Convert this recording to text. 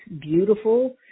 beautiful